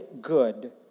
good